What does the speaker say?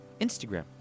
Instagram